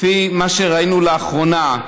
לפי מה שראינו באחרונה,